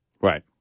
Right